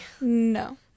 no